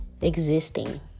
existing